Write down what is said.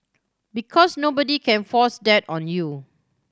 because nobody can force that on you